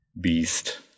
beast